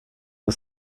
the